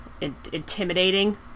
intimidating